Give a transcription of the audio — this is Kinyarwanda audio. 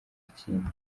kindi